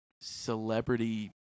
celebrity